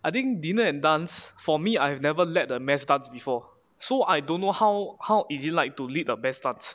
I think dinner and dance for me I've never led the mass dance before so I don't know how how is it like to lead the mass dance